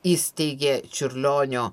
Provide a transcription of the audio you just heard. įsteigė čiurlionio